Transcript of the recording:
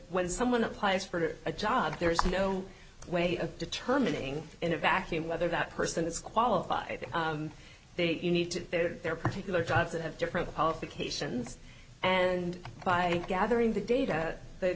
when someone applies for a job there is no way of determining in a vacuum whether that person is qualified to date you need to their particular jobs that have different policy caissons and by gathering the data th